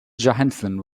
johansen